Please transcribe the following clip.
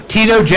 Tito